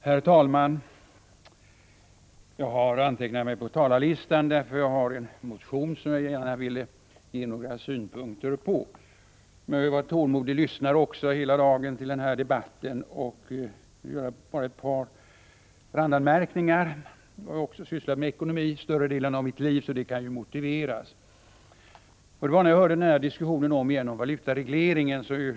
Herr talman! Jag har antecknat mig på talarlistan därför att jag har väckt en motion som jag gärna vill ge några synpunkter på. Hela dagen har jag varit en tålmodig lyssnare till denna debatt, och jag vill bara göra ett par randanmärkningar. Jag har sysslat med ekonomi större delen av mitt liv, varför detta kan motiveras. Jag hörde om igen diskussionen om valutaregleringen.